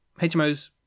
HMOs